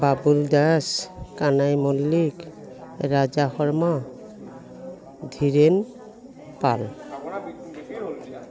Babul Das Kanai Mallick Raja Sharma Dhiren Pal